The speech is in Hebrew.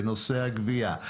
בנושא הגבייה,